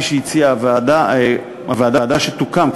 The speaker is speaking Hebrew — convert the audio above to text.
הוועדה שתוקם,